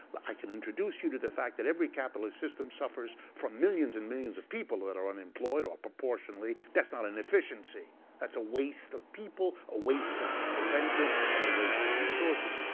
but i can introduce you to the fact that every capitalist system suffers from millions and millions of people that are unemployed or proportionately. that's not an efficiency. that's a waste of people, a waste of potential, and a waste of resources.